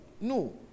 no